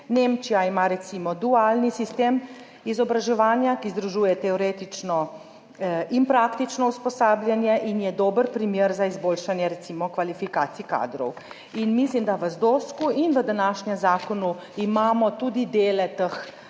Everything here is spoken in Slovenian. Nemčija ima recimo dualni sistem izobraževanja, ki združuje teoretično in praktično usposabljanje in je recimo dober primer za izboljšanje kvalifikacij kadrov. Mislim, da imamo v ZDOsk in v današnjem zakonu tudi dele teh